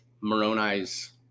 Moroni's